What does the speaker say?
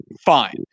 fine